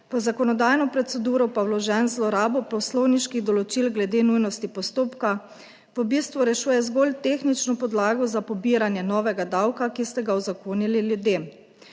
v zakonodajno proceduro pa vložen z zlorabo poslovniških določil glede nujnosti postopka, v bistvu rešuje zgolj tehnično podlago za pobiranje novega davka, ki ste ga uzakonili ljudem,